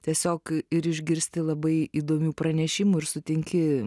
tiesiog ir išgirsti labai įdomių pranešimų ir sutinki